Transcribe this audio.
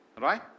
Right